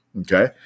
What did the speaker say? okay